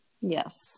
Yes